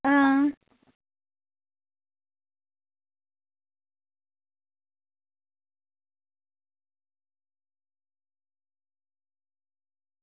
आं